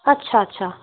अच्छा अच्छा